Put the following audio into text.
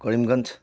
Karimganj